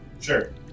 Sure